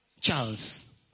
Charles